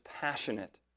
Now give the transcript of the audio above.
passionate